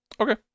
Okay